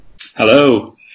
Hello